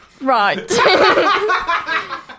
right